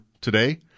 today